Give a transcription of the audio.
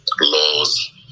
laws